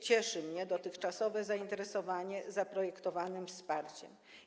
Cieszy mnie dotychczasowe zainteresowanie zaprojektowanym wsparciem.